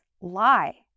lie